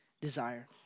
desire